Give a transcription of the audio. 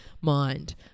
mind